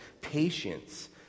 patience